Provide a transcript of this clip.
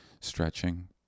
stretching